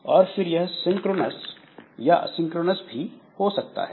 और फिर यह सिंक्रोनस या असिंक्रोनस भी हो सकता है